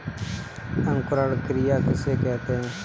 अंकुरण क्रिया किसे कहते हैं?